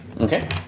okay